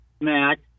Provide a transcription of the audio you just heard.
Matt